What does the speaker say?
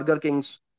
Kings